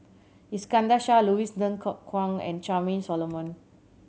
Iskandar Shah Louis Ng Kok Kwang and Charmaine Solomon